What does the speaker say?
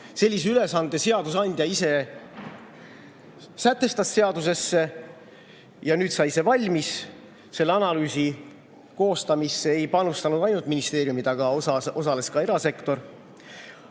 Sellise ülesande seadusandja ise sätestas seadusesse ja nüüd sai see valmis. Selle analüüsi koostamisse ei panustanud mitte ainult ministeeriumid, vaid osales ka erasektor.